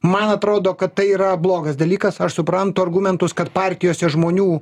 man atrodo kad tai yra blogas dalykas aš suprantu argumentus kad partijose žmonių